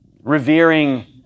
revering